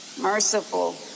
merciful